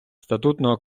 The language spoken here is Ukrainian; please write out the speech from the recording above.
статутного